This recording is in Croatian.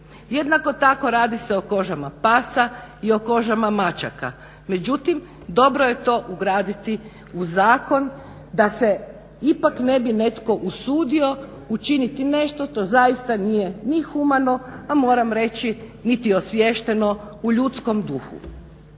Jednako tako radi se o kožama pasa i o kožama mačaka. Međutim dobro je to ugraditi u zakon da se ipak ne bi netko usudio učiniti nešto. To zaista nije ni humano, a moram reći niti osviješteno u ljudskom duhu.